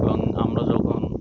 এবং আমরা যখন